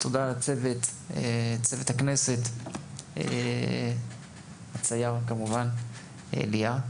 תודה לצוות הכנסת, כמובן תודה לצייר איליה.